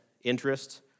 interest